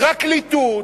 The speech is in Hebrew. פרקליטות,